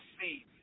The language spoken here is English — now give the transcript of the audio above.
see